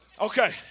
Okay